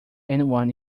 anyone